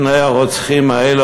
שני הרוצחים האלה,